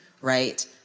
right